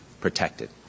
protected